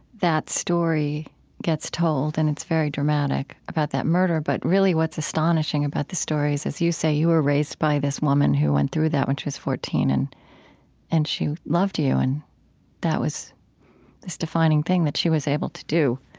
that story gets told. and it's very dramatic, about that murder. but really what's astonishing about the story is, as you say, you were raised by this woman who went through that when she was fourteen. and and she loved you. and and that was this defining thing that she was able to do,